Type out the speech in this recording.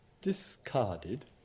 discarded